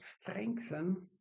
strengthen